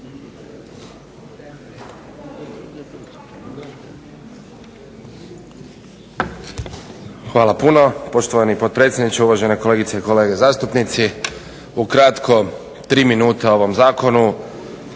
Hvala puno. Poštovani potpredsjedniče, uvažene kolegice i kolege zastupnici. Ukratko tri minute o ovom zakonu.